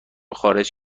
خارج